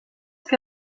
que